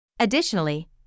Additionally